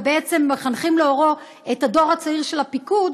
ובעצם מחנכים לאורו את הדור הצעיר של הפיקוד,